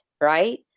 right